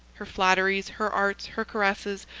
her flatteries, her arts, her caresses,